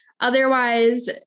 Otherwise